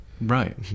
Right